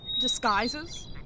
disguises